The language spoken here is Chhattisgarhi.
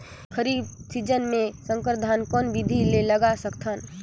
खरीफ सीजन मे संकर धान कोन विधि ले लगा सकथन?